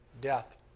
death